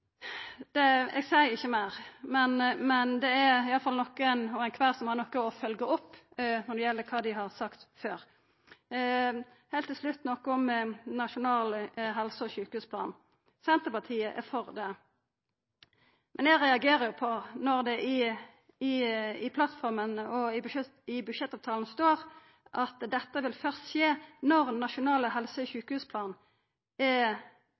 bl.a. Eg seier ikkje meir, men det er iallfall nokon og ein kvar som har noko å følgja opp når det gjeld kva dei har sagt før. Heilt til slutt noko om nasjonal helse- og sjukehusplan. Senterpartiet er for det, men eg reagerer på at det i plattforma og i budsjettavtala står at nedlegging av føretaka først kan skje når den nasjonale helse- og sjukehusplanen er